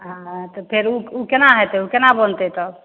हँ तऽ फेर ओ ओ कोना हेतै ओ कोना बनतै तब